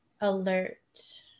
alert